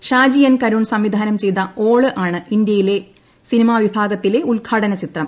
ഷാജി എൻ കരുൺ സംവിധാനം ചെയ്ത ഓള് ആണ് ഇന്ത്യൻ സിനിമാ വിഭാഗത്തിലെ ഉദ്ഘാടന ചിത്രം